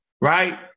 right